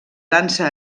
dansa